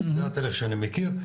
זה התהליך שאני מכיר,